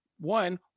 one